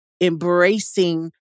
embracing